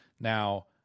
Now